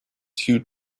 two